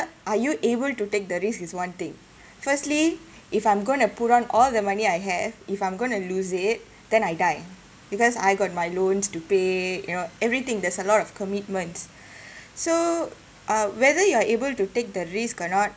are you able to take the risk is one thing firstly if I'm going to put on all the money I have if I'm going to lose it then I die because I got my loans to pay you know everything there's a lot of commitments so uh whether you are able to take the risk or not